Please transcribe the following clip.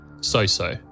so-so